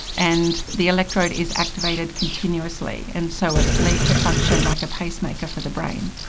and the electrode is activated continuously, and so it's believed to function like a pacemaker for the brain.